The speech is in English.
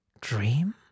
dream